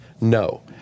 No